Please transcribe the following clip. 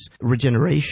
Regeneration